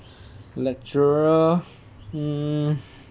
lecturer hmm